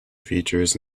features